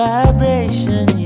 Vibration